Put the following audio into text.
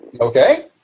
Okay